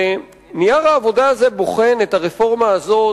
ונייר העבודה הזה בוחן את הרפורמה הזאת